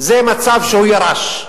זה מצב שהוא ירש,